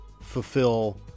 fulfill